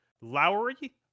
Lowry